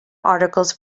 articles